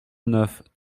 neuf